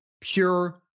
pure